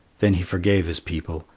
then he forgave his people,